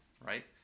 right